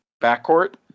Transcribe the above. backcourt